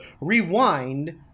rewind